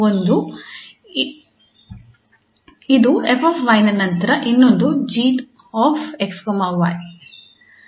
ಒಂದು ಇದು 𝑓𝑦 ನಂತರ ಇನ್ನೊಂದು 𝑔𝑥 − 𝑦